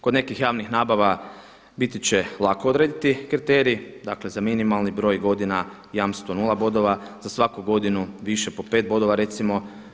Kod nekih javnih nabava biti će lako odrediti kriterij, dakle za minimalni broj godina jamstvo nula bodova, za svaku godinu više po 5 bodova recimo.